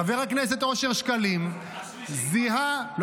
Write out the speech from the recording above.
חבר הכנסת אושר שקלים זיהה --- השלישי כבר.